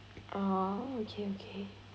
oh okay okay